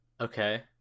Okay